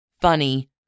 funny